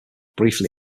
briefly